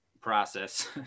process